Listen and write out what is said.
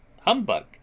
humbug